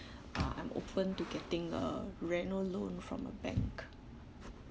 uh I'm open to getting a reno loan from a bank